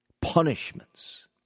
punishments